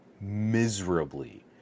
miserably